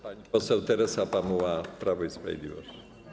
Pani poseł Teresa Pamuła, Prawo i Sprawiedliwość.